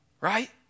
right